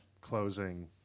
closing